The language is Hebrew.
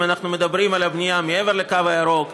אם אנחנו מדברים על הבנייה מעבר לקו הירוק,